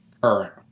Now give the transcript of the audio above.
Current